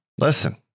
Listen